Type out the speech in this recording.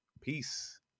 Peace